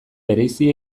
bereizi